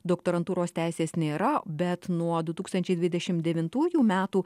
doktorantūros teisės nėra bet nuo du tūkstančiai dvidešimt devintųjų metų